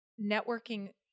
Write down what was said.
networking